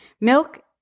Milk